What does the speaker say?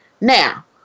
Now